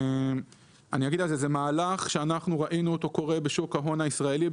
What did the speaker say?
זה מהלך שראינו אותו קורה בשוק ההון הישראלי,